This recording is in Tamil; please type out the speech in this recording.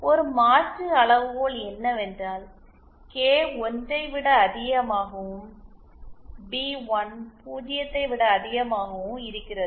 ஒரு மாற்று அளவுகோல் என்னவென்றால் கே 1 ஐ விட அதிகமாகவும் பி1 0 ஐ விட அதிகமாகவும் இருக்கிறது